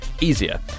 easier